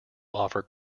offer